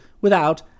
without